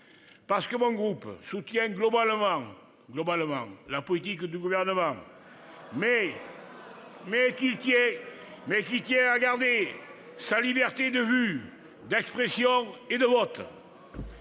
parce que mon groupe soutient globalement la politique de ce gouvernement, mais qu'il tient à garder sa liberté de vue, d'expression et de vote,